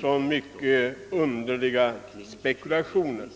så många underliga spekulationer.